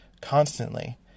constantly